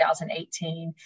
2018